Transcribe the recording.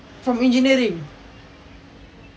from engineering